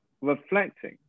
reflecting